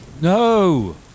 No